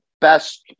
best